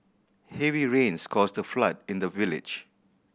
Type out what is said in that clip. heavy rains caused the flood in the village